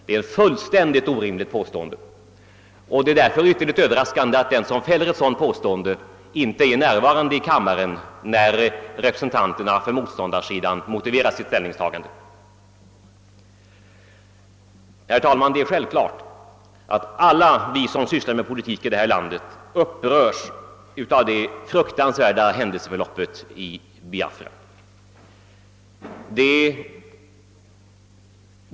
Det är ett fullständigt orimligt påstående, och det är därför ytterligt överraskande att den som gör det inte är närvarande i kammaren, när representanterna för motståndarsidan motiverar sitt ställningstagande. Herr talman! Det är självklart att vi som sysslar med politik här i landet upprörs av det fruktansvärda händelseförloppet i Biafra.